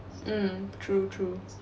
mm true true